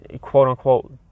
quote-unquote